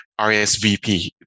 RSVP